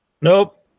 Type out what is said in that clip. Nope